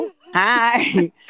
Hi